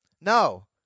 No